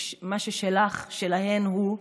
מה ששלך, שלהן הוא,